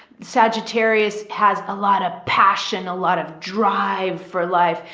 sagittarius has a lot of passion, a lot of drive for life.